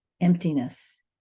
emptiness